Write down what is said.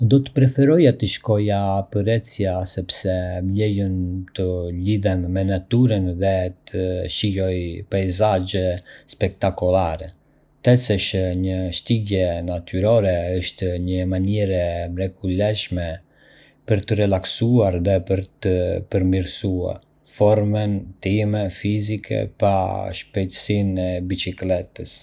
Do të preferoja të shkoja për ecje sepse më lejon të lidhem me natyrën dhe të shijoj peisazhe spektakolare. Të ecësh në shtigje natyrore është një mënyrë e mrekullueshme për t'u relaksuar dhe për të përmirësuar formën time fizike pa shpejtësinë e biçikletës.